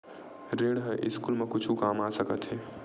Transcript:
ऋण ह स्कूल मा कुछु काम आ सकत हे?